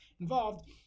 involved